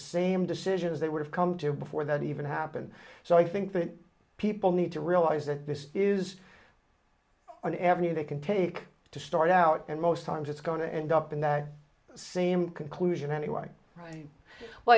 same decisions they would have come to before that even happened so i think that people need to realize that this is an avenue they can take to start out and most times it's going to end up in that same conclusion